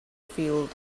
field